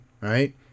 right